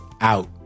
out